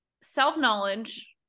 self-knowledge